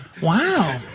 Wow